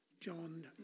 John